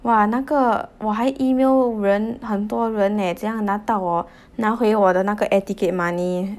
!wah! 那个我还 email 人很多人 eh 怎样拿到我拿回我那个 air ticket money